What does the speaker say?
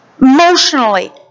emotionally